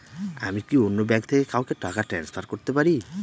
আমি কি অন্য ব্যাঙ্ক থেকে কাউকে টাকা ট্রান্সফার করতে পারি?